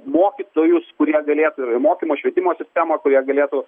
mokytojus kurie galėtų mokymo švietimo sistemą kurie galėtų